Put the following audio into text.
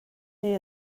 neu